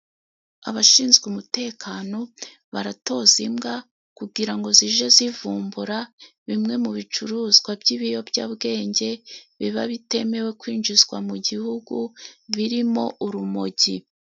Abashinzwe umutekano baratoza imbwa kugira ngo zije zivumbura bimwe mu bicuruzwa by'ibiyobyabwenge biba bitemewe kwinjizwa mu gihugu birimo urumogi.